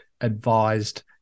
advised